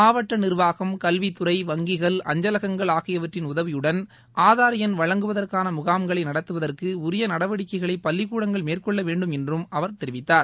மாவட்ட நிர்வாகம் கல்வித்துறை வங்கிகள் அஞ்சலகங்கள் ஆகியவற்றின் உதவியுடன் ஆதார் எண் வழங்குவதற்கான முகாம்களை நடத்துவதற்கு உரிய நடவடிக்கைகளை பள்ளிக்கூடங்கள் மேற்கொள்ளவேண்டும் என்றும் அவர் தெரிவித்தார்